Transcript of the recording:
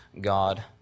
God